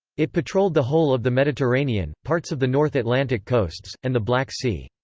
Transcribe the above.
it patrolled the whole of the mediterranean, parts of the north atlantic coasts, and the black sea.